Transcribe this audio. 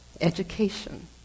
education